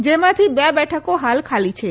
જેમાંથી બે બેઠકો હાલ ખાલી છે